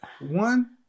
One